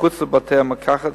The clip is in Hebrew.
מחוץ לבתי-המרקחת,